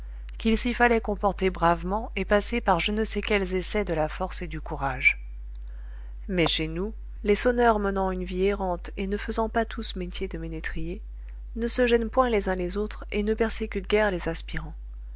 qu'il s'y fallait comporter bravement et passer par je ne sais quels essais de la force et du courage mais chez nous les sonneurs menant une vie errante et ne faisant pas tous métier de ménétriers ne se gênent point les uns les autres et ne persécutent guère les aspirants